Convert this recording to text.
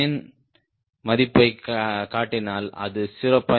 9 மதிப்பைக் காட்டினால் அது 0